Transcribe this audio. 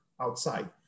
outside